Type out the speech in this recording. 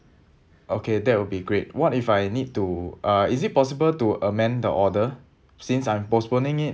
okay that will be great what if I need to uh is it possible to amend the order since I'm postponing it